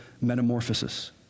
metamorphosis